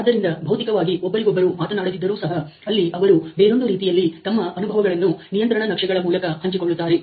ಆದ್ದರಿಂದ ಭೌತಿಕವಾಗಿ ಒಬ್ಬರಿಗೊಬ್ಬರು ಮಾತನಾಡದಿದ್ದರೂ ಸಹ ಅಲ್ಲಿ ಅವರು ಬೇರೊಂದು ರೀತಿಯಲ್ಲಿ ತಮ್ಮ ಅನುಭವಗಳನ್ನು ನಿಯಂತ್ರಣ ನಕ್ಷೆಗಳ ಮೂಲಕ ಹಂಚಿಕೊಳ್ಳುತ್ತಾರೆ